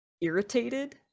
irritated